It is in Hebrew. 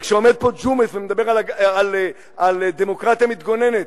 וכשעומד פה ג'ומס ומדבר על דמוקרטיה מתגוננת,